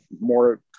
more